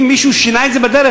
אם מישהו שינה את זה בדרך,